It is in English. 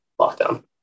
lockdown